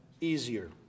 easier